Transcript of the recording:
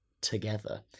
together